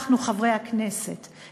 אנחנו חברי הכנסת,